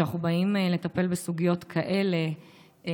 כשאנחנו באים לטפל בסוגיות כאלה,